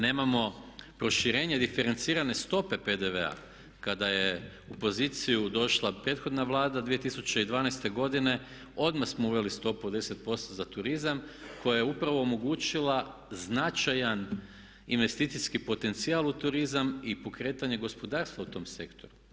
Nemamo proširenje diferencirane stope PDV-a kada je u poziciju došla prethodna Vlada 2012. godine odmah smo uveli stopu od 10% za turizam koja je upravo omogućila značajan investicijski potencijal u turizam i pokretanje gospodarstva u tom sektoru.